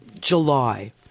July